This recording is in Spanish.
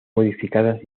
modificadas